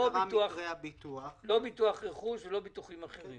לא ביטוח רכוש ולא ביטוחים אחרים.